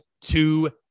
two